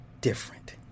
different